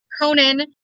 Conan